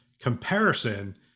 comparison